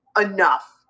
enough